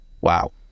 wow